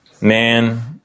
man